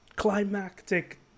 Climactic